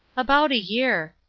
about a year.